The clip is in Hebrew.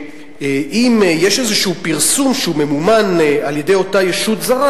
שאם יש איזשהו פרסום שממומן על-ידי אותה ישות זרה,